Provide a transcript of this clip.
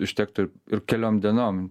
užtektų ir keliom dienom